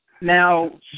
Now